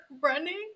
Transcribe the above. running